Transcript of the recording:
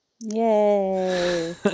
Yay